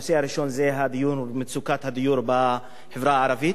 בנושא הראשון הדיון הוא במצוקת הדיור בחברה הערבית,